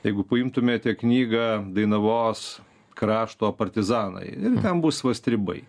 jeigu paimtumėte knygą dainavos krašto partizanai ten bus va stribai